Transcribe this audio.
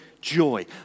joy